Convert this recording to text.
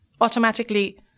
automatically